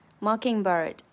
Mockingbird